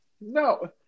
no